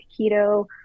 keto